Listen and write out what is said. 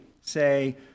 say